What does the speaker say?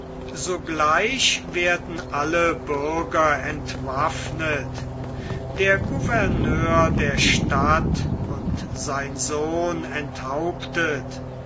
sogleich werden alle bürger entwaffnet der gouverneur der stadt und sein sohn enthauptet